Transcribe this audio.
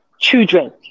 children